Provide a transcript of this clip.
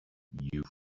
you